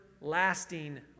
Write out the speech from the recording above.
lasting